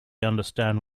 understand